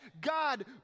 God